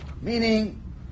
meaning